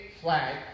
flag